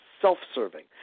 self-serving